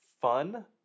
fun